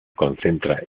concentra